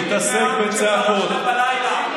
אתה חתכת את החבל כשברחת בלילה,